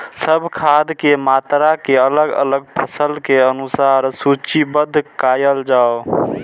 सब खाद के मात्रा के अलग अलग फसल के अनुसार सूचीबद्ध कायल जाओ?